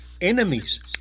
enemies